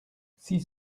six